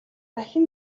дахин